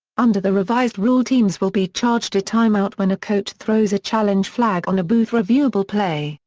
under the revised rule teams will be charged a time-out when a coach throws a challenge flag on a booth-reviewable play,